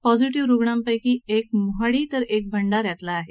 positive रुग्णांपैकी एक मोहाडी तर एक भंडा यातला आहे